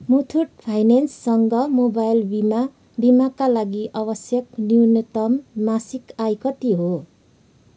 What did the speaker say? मुथूट फाइनेन्ससँग मोबाइल बिमा बिमाका लागि आवश्यक न्यूनतम मासिक आय कति हो